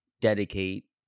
dedicate